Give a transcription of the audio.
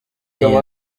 iyi